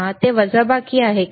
की ते वजाबाकी आहे